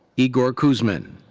igor kuzmin.